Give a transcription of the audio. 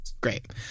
Great